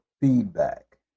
feedback